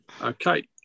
Okay